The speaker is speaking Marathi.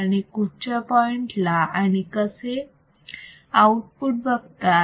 आणि कुठच्या पॉइंटला आणि कसे आउटपुट बघतात